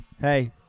Hey